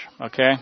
okay